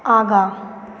आगाँ